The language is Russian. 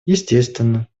естественно